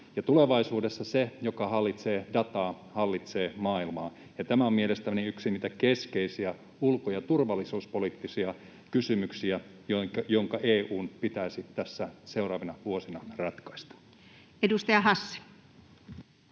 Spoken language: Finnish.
Tulevaisuudessa se, joka hallitsee dataa, hallitsee maailmaa, ja tämä on mielestäni yksi niitä keskeisiä ulko- ja turvallisuuspoliittisia kysymyksiä, jotka EU:n pitäisi tässä seuraavina vuosina ratkaista. [Speech 57]